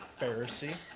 Pharisee